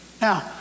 Now